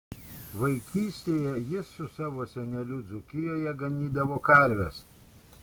vaikystėje jis su savo seneliu dzūkijoje ganydavo karves